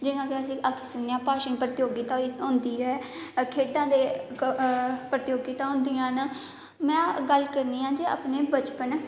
जियां के अस आक्खी सकने भाशी प्रतियोगिता होंदी ऐ खेढे दियां प्रतियोगिता होंदियां न में गल्ल करनी आं जे अपने बचपन